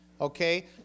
okay